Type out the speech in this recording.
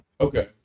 Okay